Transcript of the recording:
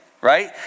right